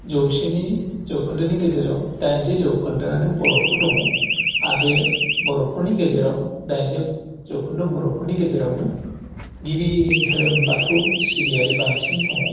जौसेनि जौखोन्दोनि गेजेराव दाइनजि जौखोन्दोआनो बर'फोर दङ आरो बे बर'फोरनि गेजेराव दाइनजि जौखोन्दो बर'फोरनि गेजेरावनो गिबि धोरोम बाथौ सिबियारि बांसिन दङ